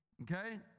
Okay